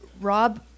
Rob